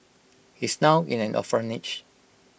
he's now in an orphanage